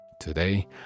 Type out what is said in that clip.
Today